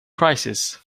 crisis